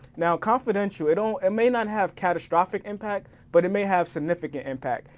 now confidential, it um and may not have catastrophic impact, but it may have significant impact.